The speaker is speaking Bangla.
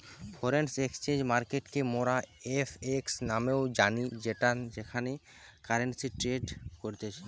ফরেন এক্সচেঞ্জ মার্কেটকে মোরা এফ.এক্স নামেও জানি যেখানে কারেন্সি ট্রেড করতিছে